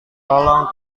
tolong